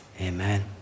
Amen